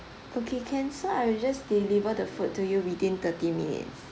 okay can so I will just deliver the food to you within thirty minutes